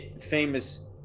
famous